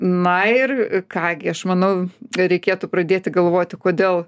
na ir ką gi aš manau kad reikėtų pradėti galvoti kodėl